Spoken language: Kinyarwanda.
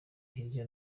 hirya